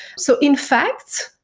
so, in fact,